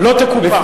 לא תקופח.